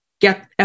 get